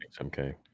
okay